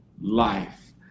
life